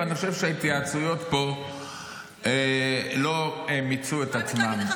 ואני חושב שההתייעצויות פה לא מיצו את עצמן.